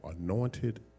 anointed